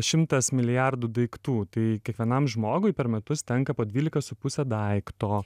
šimtas milijardų daiktų tai kiekvienam žmogui per metus tenka po dvylika su puse daikto